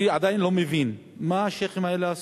אני עדיין לא מבין מה השיח'ים האלה עשו.